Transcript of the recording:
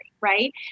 right